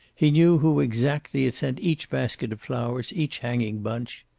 he knew who exactly had sent each basket of flowers, each hanging bunch.